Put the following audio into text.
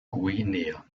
guinea